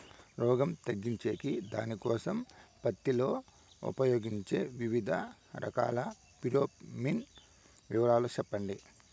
రోగం తగ్గించేకి దానికోసం పత్తి లో ఉపయోగించే వివిధ రకాల ఫిరోమిన్ వివరాలు సెప్పండి